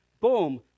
boom